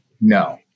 No